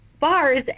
bars